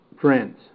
friends